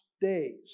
days